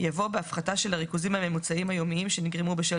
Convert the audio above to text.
יבוא "בהפחתה של הריכוזים הממוצעים היומיים שנגרמו בשל